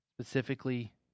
specifically